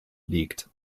liegt